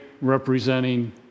representing